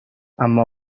اما